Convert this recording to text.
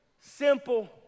simple